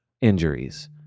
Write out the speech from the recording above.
injuries